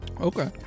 Okay